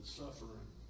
suffering